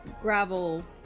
gravel